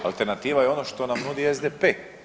Alternativa je ono što nam nudi SDP.